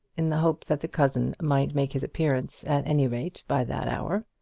in the hope that the cousin might make his appearance at any rate by that hour.